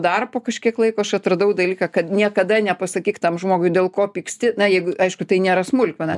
dar po kažkiek laiko aš atradau dalyką kad niekada nepasakyk tam žmogui dėl ko pyksti na jeigu aišku tai nėra smulkmena